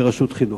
בראשות חינוך.